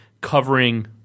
covering